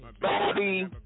Bobby